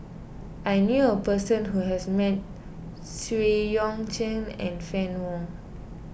I knew a person who has met Xu Yuan Zhen and Fann Wong